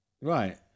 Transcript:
right